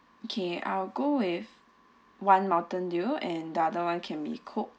okay I'll go with one mountain dew and the other one can be coke